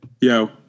Yo